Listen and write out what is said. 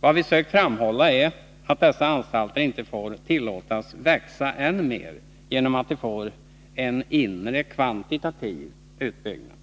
Vad vi har sökt framhålla är att dessa anstalter inte får tillåtas växa än mer genom att de får en inre kvantitativ utbyggnad.